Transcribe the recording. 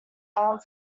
armed